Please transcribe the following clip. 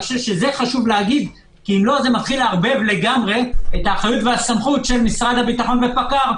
אחרת זה מערבב לגמרי את האחריות והסמכות של משרד הביטחון ופקע"ר.